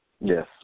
Yes